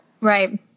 Right